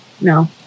No